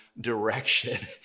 direction